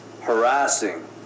harassing